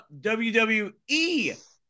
WWE